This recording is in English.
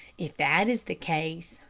if that is the case,